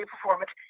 performance